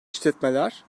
işletmeler